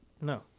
No